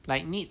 like need